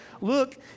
Look